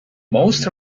most